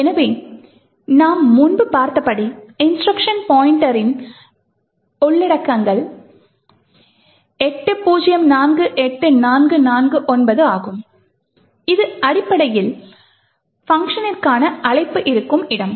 எனவே நாம் முன்பு பார்த்தபடி இன்ஸ்ட்ருக்ஷன் பாய்ண்ட்டரின் உள்ளடக்கங்கள் 8048449 ஆகும் இது அடிப்படையில் பங்க்ஷனிற்கான அழைப்பு இருக்கும் இடம்